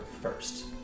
first